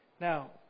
Now